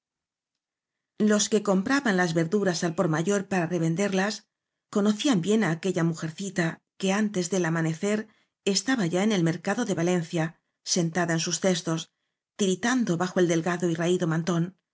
los que compraban las verduras al por mayor para revenderlas conocían bien á aquella mujercita que antes del amanecer estaba ya en el mercado de valencia sen tada en sus tiritando cestos bajo el delgado y raído mantón